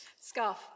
scarf